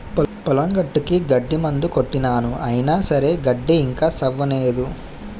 పొలం గట్టుకి గడ్డి మందు కొట్టినాను అయిన సరే గడ్డి ఇంకా సవ్వనేదు